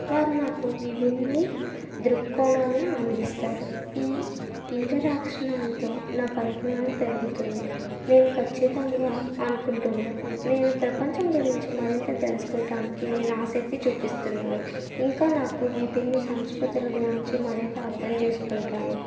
వారు నాకు విభిన్న దృక్కోణాలను అందిస్తారు ఈ ఇంటరాక్షనల్తో నా పరిజ్ఞానం పెరుగుతుంది నేను ఖచ్చితంగా అనుకుంటున్నాను నేను ప్రపంచం గురించి మరింత తెలుసుకుంటాను నేను ఆసక్తి చూపిస్తున్నాను ఇంకా నాకు విభిన్న సంస్కృతుల గురించి మరింత అర్థం చేసుకుంటాను